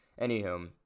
Anywho